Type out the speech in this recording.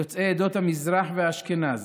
יוצאי עדות המזרח ואשכנז,